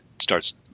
Starts